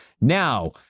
Now